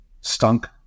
stunk